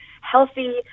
healthy